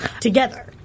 together